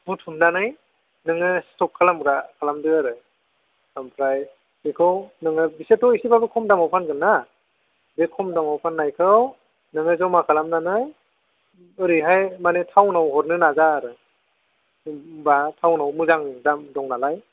बुथुमनानै नोङो स्ट'क खालामग्रा खालामदो आरो आमफ्राय बेखौ नोङो बिसोरथ' एसेबाबो खम दामाव फानगोनना बे खम दामाव फाननायखौ नोङो जमा खालामनानै ओरैहाय मानि टाउनाव हरनो नाजा आरो होनबा टाउनाव मोजां दाम दंनालाय